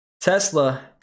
Tesla